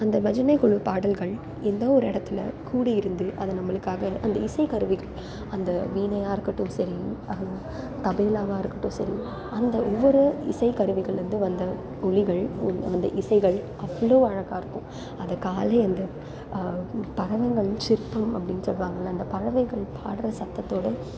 அந்த பஜனைக்குழு பாடல்கள் எதோ ஒரு இடத்துல கூடி இருந்து அதை நம்மளுக்காக அந்த இசைக்கருவிகள் அந்த வீணையாக இருக்கட்டும் சரி தபேலாவாக இருக்கட்டும் சரி அந்த ஒவ்வொரு இசைக்கருவிகலேருந்தும் வந்த ஒலிகள் அந்த இசைகள் அவ்வளோ அழகாக இருக்கும் அதை காலைலே அந்த பகந்தங்களின் சிற்பம் அப்படின்னு சொல்வாங்களே அந்த பறவைகள் பாடுற சத்தத்தோடு